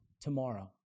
tomorrow